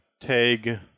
tag